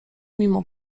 mimo